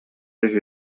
үһү